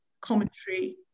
commentary